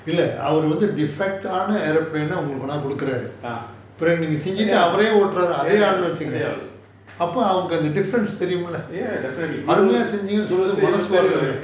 ah ya ya தேவல்ல:thaevalla ya definitely it will it will say tell you err